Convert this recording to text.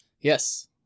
Yes